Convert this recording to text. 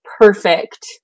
perfect